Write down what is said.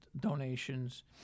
donations